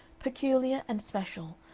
peculiar and special,